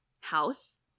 house